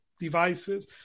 Devices